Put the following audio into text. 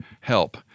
help